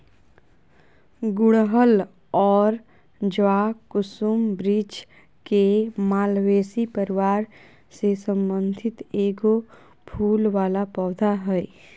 गुड़हल और जवाकुसुम वृक्ष के मालवेसी परिवार से संबंधित एगो फूल वला पौधा हइ